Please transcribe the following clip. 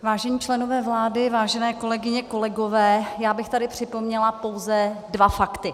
Vážení členové vlády, vážené kolegyně, kolegové, já bych tady připomněla pouze dva fakty.